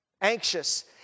anxious